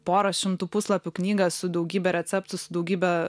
poros šimtų puslapių knygą su daugybe receptų su daugybe